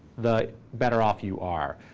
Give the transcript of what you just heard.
the better off you are.